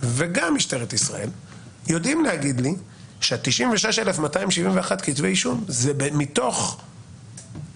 וגם משטרת ישראל יודעים להגיד לי ש-96,271 כתבי האישום הם מתוך 180,000,